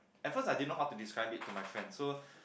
at first I didn't know how to describe it to my friend so